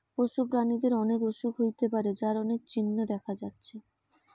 পশু প্রাণীদের অনেক অসুখ হতে পারে যার অনেক চিহ্ন দেখা যাচ্ছে